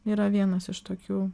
yra vienas iš tokių